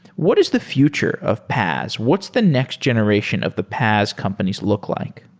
what is the future of paas? what's the next generation of the paas companies look like?